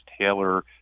Taylor